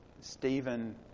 Stephen